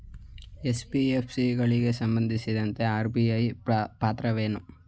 NBFC ಗಳಿಗೆ ಸಂಬಂಧಿಸಿದಂತೆ RBI ಪಾತ್ರವೇನು?